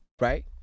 right